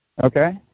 okay